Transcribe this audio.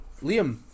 Liam